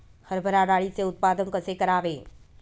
हरभरा डाळीचे उत्पादन कसे करावे?